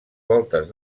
voltes